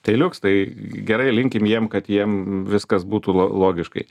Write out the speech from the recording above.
tai liuks tai gerai linkim jiem kad jiem viskas būtų lo logiškai